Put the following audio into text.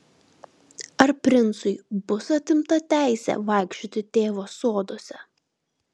ar princui bus atimta teisė vaikščioti tėvo soduose